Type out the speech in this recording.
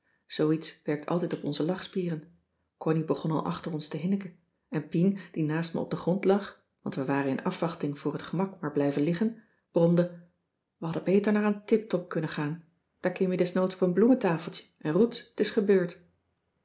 iets werkt altijd op onze lachspieren connie begon al achter ons te hinniken en pien die naast me op den grond lag want wij waren in afwachting voor t gemak maar blijven liggen bromde we hadden beter naar een tiptop kunnen gaan daar klim je desnoods op een bloementafeltje en roets t is gebeurd